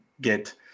get –